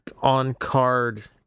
on-card